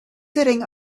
sitting